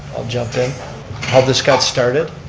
i'll jump in, how this got started.